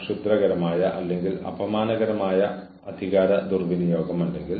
അതിനാൽ എച്ച്ആർ പ്രൊഫഷണലുകൾ എന്ന നിലയിൽ നമ്മളുടെ ജോലി ആളുകളെ താഴ്ത്തുക എന്നതല്ല